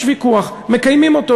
יש ויכוח, מקיימים אותו.